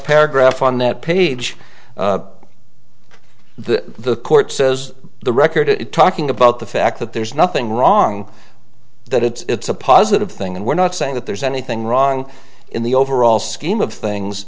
paragraph on that page the court says the record talking about the fact that there's nothing wrong that it's a positive thing and we're not saying that there's anything wrong in the overall scheme of things